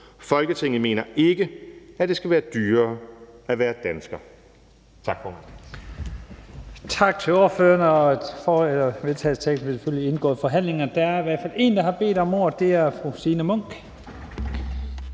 Folketinget mener ikke, at det skal være dyrere at være dansker«.